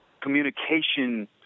communication